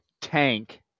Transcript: tank